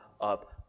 up